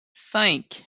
cinq